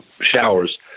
showers